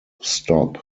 stop